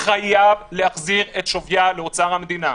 חייב להחזיר את שוויה לאוצר המדינה.